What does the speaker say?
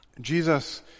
Jesus